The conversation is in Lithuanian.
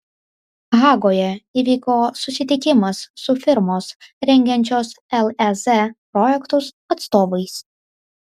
hagoje įvyko susitikimas su firmos rengiančios lez projektus atstovais